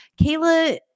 Kayla